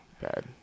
bad